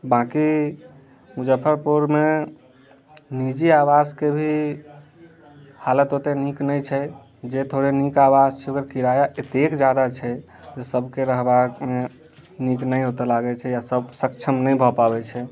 बाँकी मुजफ्फरपुरमे निजी आवासके भी हालत ओते नीक नहि छै जे थोड़े नीक आवास छै ओकर किराया एतेक जादा छै जे सभके रहबाक नीक नहि ओतै लागै छै आ सभ सक्षम नहि भऽ पाबै छै